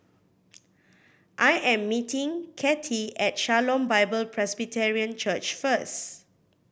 I am meeting Cathey at Shalom Bible Presbyterian Church first